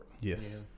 Yes